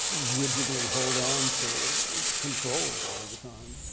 rigidly hold on to control all the time.